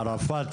ערפאת,